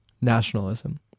nationalism